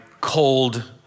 cold